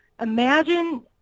imagine